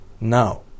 Now